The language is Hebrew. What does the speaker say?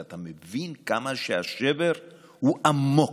ואתה מבין כמה השבר הוא עמוק.